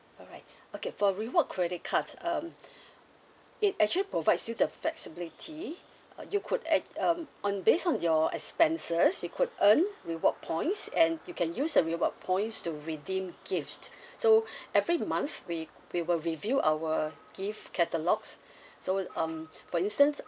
alright okay for reward credit cards um it actually provides you the flexibility uh you could ac~ um on based on your expenses you could earn reward points and you can use a reward points to redeem gift so every month we we will review our gift catalogues so um for instance